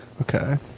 Okay